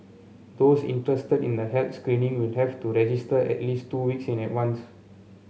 those interested in the health screening will have to register at least two weeks in advance